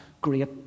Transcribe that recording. great